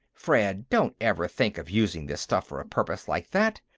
fred, don't ever think of using this stuff for a purpose like that.